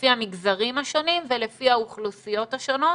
לפי המגזרים השונים ולפי האוכלוסיות השונות,